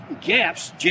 gaps